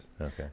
Okay